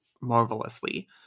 marvelously